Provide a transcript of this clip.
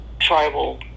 tribal